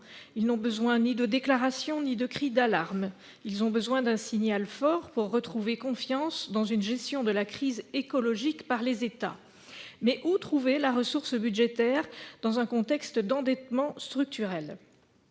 Ils n'ont besoin ni de déclaration ni de cri d'alarme ; ils ont besoin d'un signal fort pour retrouver confiance dans une gestion de la crise écologique par les États. Mais où trouver la ressource budgétaire dans un contexte d'endettement structurel ?